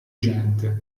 gente